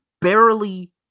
barely